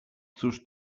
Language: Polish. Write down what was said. cóż